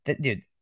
dude